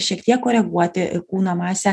šiek tiek koreguoti kūno masę